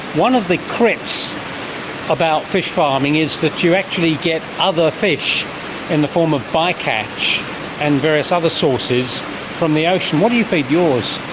one of the crits about fish farming is that you actually get other fish in the form of bi-catch and various other sources from the ocean. what do you feed yours?